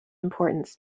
importance